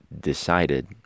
decided